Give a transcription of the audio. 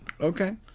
okay